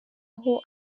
aho